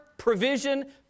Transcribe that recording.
Provision